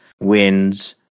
wins